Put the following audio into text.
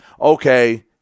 okay